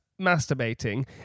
masturbating